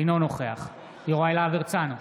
אינו נוכח יוראי להב הרצנו,